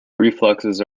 reflexes